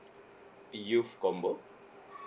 youth combo